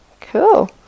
Cool